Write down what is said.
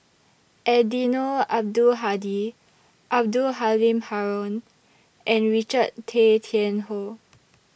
Eddino Abdul Hadi Abdul Halim Haron and Richard Tay Tian Hoe